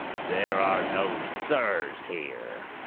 there are no sirs here!